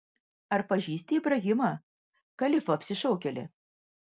ar pažįsti ibrahimą kalifą apsišaukėlį